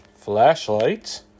flashlight